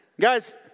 Guys